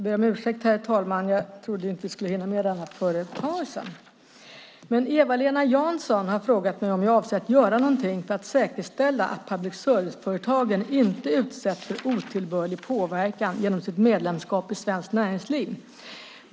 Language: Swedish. Herr talman! Eva-Lena Jansson har frågat mig om jag avser att göra något för att säkerställa att public service-företagen inte utsätts för otillbörlig påverkan genom sitt medlemskap i Svenskt Näringsliv.